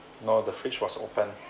no the fridge was open